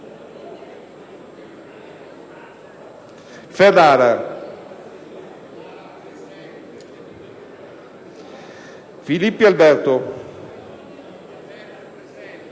Ferrara, Filippi Alberto,